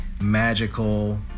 magical